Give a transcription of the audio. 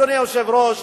אדוני היושב-ראש,